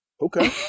Okay